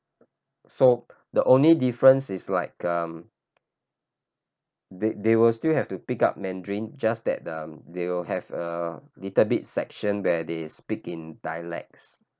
so the only difference is like um the~ they will still have to pick up mandarin just that um they will have a little bit section where they speak in dialects